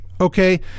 Okay